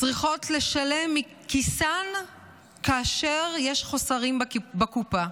צריכות לשלם מכיסן כאשר יש חוסרים בקופה.